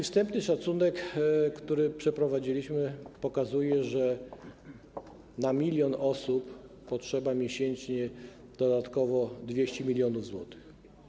Wstępny szacunek, który przeprowadziliśmy, pokazuje, że na 1 mln osób potrzeba miesięcznie dodatkowo 200 mln zł.